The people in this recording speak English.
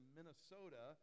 Minnesota